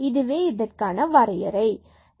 இதுவே இதற்கான வரையறை ஆகும்